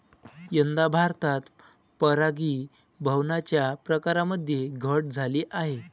यंदा भारतात परागीभवनाच्या प्रकारांमध्ये घट झाली आहे